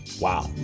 Wow